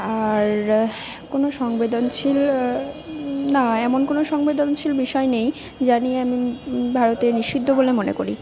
আর কোনো সংবেদনশীল না এমন কোনো সংবেদনশীল বিষয় নেই জানি আমি ভারতে নিষিদ্ধ বলে মনে করি